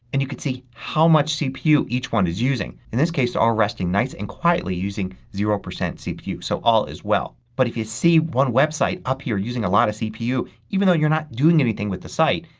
and you could see how much cpu each one is using. in this case they are all resting nice and quietly using zero percent cpu. so all is well. but if you see one website up here using a lot of cpu, even though you're not doing anything with the site,